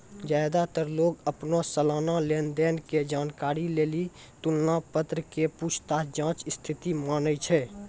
ज्यादातर लोग अपनो सलाना लेन देन के जानकारी लेली तुलन पत्र के पूछताछ जांच स्थिति मानै छै